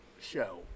show